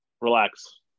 Relax